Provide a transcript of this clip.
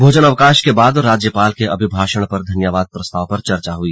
भोजनावकाश के बाद राज्यपाल के अभिभाषण पर धन्यवाद प्रस्ताव पर चर्चा हुई